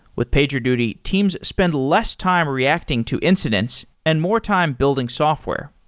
with pagerduty, teams spend less time reacting to incidents and more time building software.